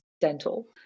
dental